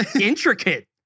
intricate